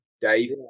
Dave